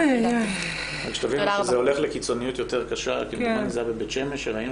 ותבינו שזה הולך לקיצוניות יותר קשה בבית שמש כשראינו